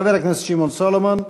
חבר הכנסת שמעון סולומון,